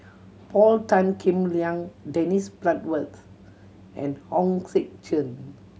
Paul Tan Kim Liang Dennis Bloodworth and Hong Sek Chern